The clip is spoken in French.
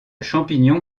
champignon